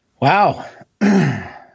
Wow